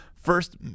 first